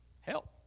help